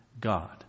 God